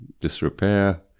disrepair